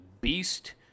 beast